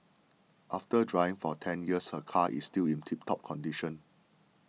after driving for ten years her car is still in tip top condition